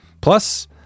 plus